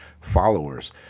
followers